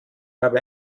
habe